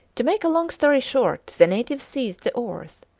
to make a long story short, the natives seized the oars,